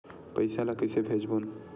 पईसा ला कइसे भेजबोन?